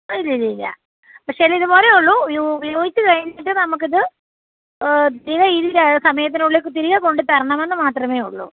അ ഇല്ലില്ലില്ല പക്ഷേ അതിതുപോലേ ഉള്ളു യൂ ഉപയോഗിച്ച് കഴിഞ്ഞിട്ട് നമുക്കിത് തീരെ ഇ സമയത്തിനുള്ളിൽ തിരികെ കൊണ്ട് തരണമെന്ന് മാത്രമേയുള്ളു